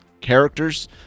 characters